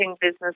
business